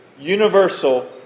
universal